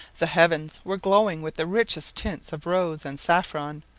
the heavens were glowing with the richest tints of rose and saffron,